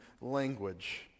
language